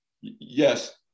Yes